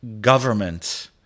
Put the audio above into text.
government